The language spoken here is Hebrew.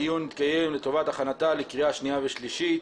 הדיון מתקיים לטובת הכנתה לקריאה שנייה ושלישית.